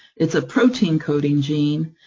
it's a protein coding gene,